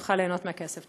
שנוכל ליהנות מהכסף.